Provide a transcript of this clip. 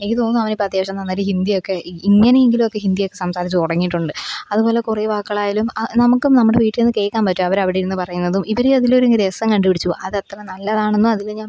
എനിക്ക് തോന്നുന്നു അവനിപ്പം അത്യാവശ്യം നന്നായിട്ട് ഹിന്ദിയൊക്കെ ഈ ഇങ്ങനെയെങ്കിലുമൊക്കെ ഹിന്ദിയൊക്കെ സംസാരിച്ചു തുടങ്ങിയിട്ടുണ്ട് അതുപോലെ കുറേ വാക്കുകളായാലും ആ നമുക്ക് നമ്മുടെ വീട്ടിൽ നിന്നു കേൾക്കാന് പറ്റും അവരവിടെ ഇരുന്നു പറയുന്നതും ഇവർ അതിലൊരു രസം കണ്ടുപിടിച്ചു അതത്ര നല്ലതാണെന്നും അതിനെ ഞാന്